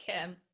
Kim